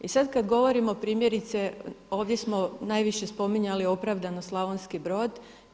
I sad kada govorimo primjerice, ovdje smo najviše spominjali opravdano Slavonski Brod.